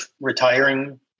retiring